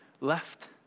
left